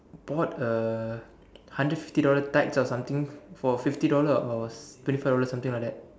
bought a hundred fifty dollar tights or something for fifty dollars or twenty five dollars something like that